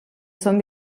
són